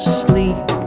sleep